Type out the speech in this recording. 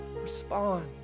respond